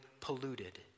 polluted